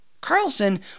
Carlson